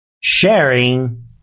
sharing